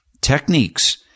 techniques